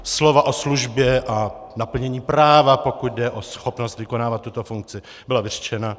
Slova o službě a naplnění práva, pokud jde o schopnost vykonávat tuto funkci, byla vyřčena.